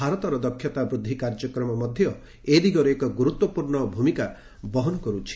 ଭାରତର ଦକ୍ଷତା ବୃଦ୍ଧି କାର୍ଯ୍ୟକ୍ରମ ମଧ୍ୟ ଏ ଦିଗରେ ଏକ ଗୁରୁତ୍ୱପୂର୍୍ଣ ଭୂମିକା ବହନ କରୁଛି